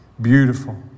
beautiful